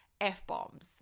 F-bombs